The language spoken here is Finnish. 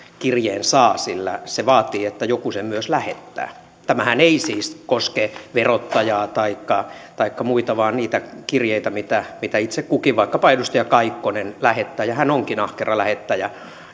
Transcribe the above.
kirjeen saa sillä se vaatii että joku sen myös lähettää tämähän ei siis koske verottajaa taikka taikka muita vaan niitä kirjeitä mitä mitä itse kukin vaikkapa edustaja kaikkonen lähettää ja hän onkin ahkera lähettäjä